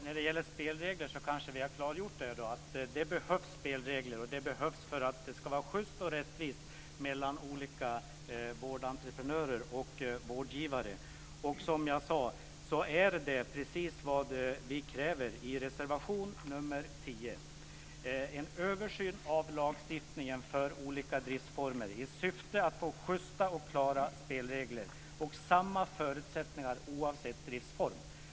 Fru talman! Vi har klargjort att det behövs spelregler för att det ska vara schyst och rättvist mellan olika vårdentreprenörer och vårdgivare. Som jag sade kräver vi i reservation nr 10 en översyn av lagstiftningen om olika driftsformer i syfte att få schysta och klara spelregler och samma förutsättningar oavsett driftsform.